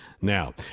now